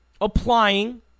applying